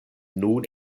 nun